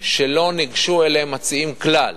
שלא ניגשו אליהם מציעים כלל.